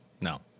no